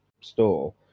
store